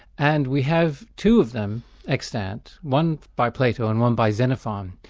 and we have two of them extant, one by plato and one by xenophon.